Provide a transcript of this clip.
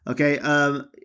Okay